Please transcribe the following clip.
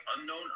unknown